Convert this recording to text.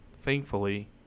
thankfully